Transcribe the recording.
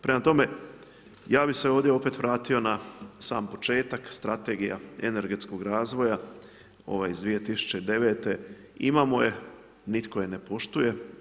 Prema tome, ja bih se ovdje opet vratio na sam početak strategija energetskog razvoja ova iz 2009., imamo je nitko je ne poštuje.